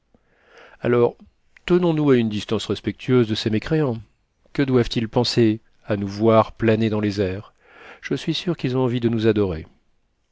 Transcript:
alors tenons-nous à une distance respectueuse de ces mécréants que doivent-ils penser à nous voir planer dans les airs je suis sur qu'ils ont envie de nous adorer